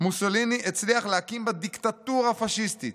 מוסוליני הצליח להקים בה דיקטטורה פשיסטית,